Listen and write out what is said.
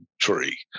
tree